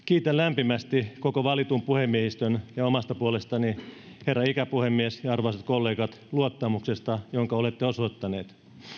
kiitän lämpimästi koko valitun puhemiehistön ja omasta puolestani herra ikäpuhemies ja arvoisat kollegat luottamuksesta jota olette osoittaneet